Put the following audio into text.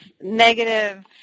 negative